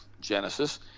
Genesis